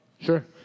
Sure